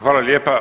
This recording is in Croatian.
Hvala lijepa.